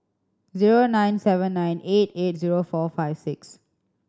zero nine seven nine eight eight zero four five six